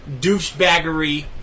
douchebaggery